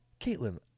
Caitlin